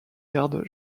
garde